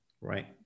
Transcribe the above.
right